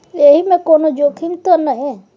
एहि मे कोनो जोखिम त नय?